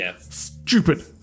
stupid